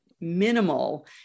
minimal